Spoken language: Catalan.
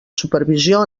supervisió